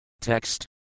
Text